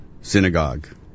synagogue